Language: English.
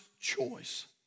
choice